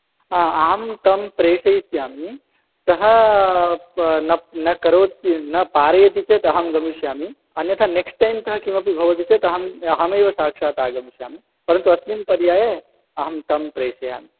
हा अहं तं प्रेषयिष्यामि सः न न करो न पारयति चेत् अहं गमिष्यामि अन्यथा नेक्स्ट् टैं तः किमपि भवति चेत् अहम् अहमेव साक्षात् आगमिष्यामि परन्तु अस्मिन् पर्याये अहं तं प्रेषयामि